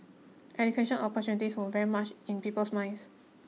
education opportunities were very much in people's minds